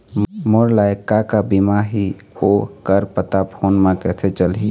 मोर लायक का का बीमा ही ओ कर पता फ़ोन म कइसे चलही?